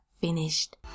finished